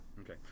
Okay